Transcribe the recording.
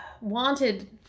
wanted